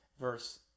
verse